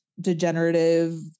degenerative